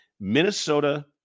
Minnesota